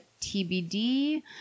TBD